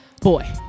Boy